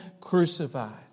crucified